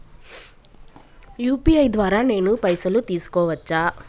UPI ద్వారా నేను పైసలు తీసుకోవచ్చా?